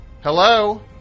Hello